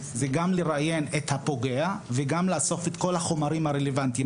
גם מראיין את הפוגע וגם אוסף את כל החומרים הרלוונטיים.